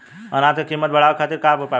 अनाज क कीमत बढ़ावे खातिर का उपाय बाटे?